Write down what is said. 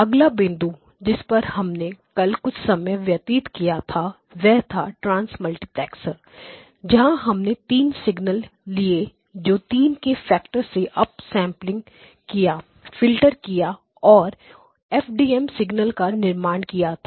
अगला बिंदु जिस पर हमने कल कुछ समय व्यतीत किया था वह था ट्रांस मल्टीप्लेक्सर जहां हमने तीन सिगनल्स लिए जो 3 के फैक्टर से अप सैंपल कियाफ़िल्टर किया और एफडीएम सिग्नल का निर्माण किया था